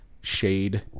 shade